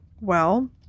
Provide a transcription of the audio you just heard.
Well